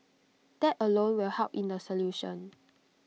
that alone will help in the solution